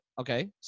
Okay